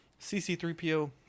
CC3PO